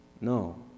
No